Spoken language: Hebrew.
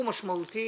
משמעותי